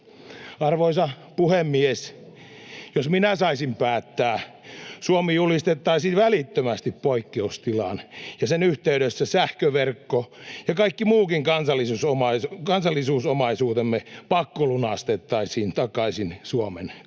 Arvoisa puhemies! Jos minä saisin päättää, Suomi julistettaisiin välittömästi poikkeustilaan ja sen yhteydessä sähköverkko ja kaikki muukin kansallisuusomaisuutemme pakkolunastettaisiin takaisin Suomen kansalle